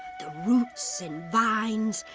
the roots and vines,